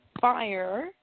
fire